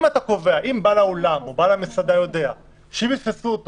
אם בעל האולם או בעל המסעדה יודע שאם יתפסו אותו